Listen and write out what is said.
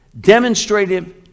Demonstrative